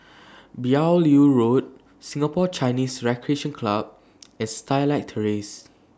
Beaulieu Road Singapore Chinese Recreation Club and Starlight Terrace